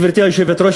גברתי היושבת-ראש,